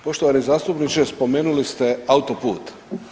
Poštovani zastupniče, spomenuli ste autoput.